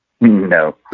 no